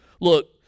Look